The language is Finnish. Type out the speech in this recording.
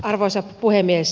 arvoisa puhemies